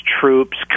troops